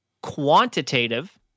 quantitative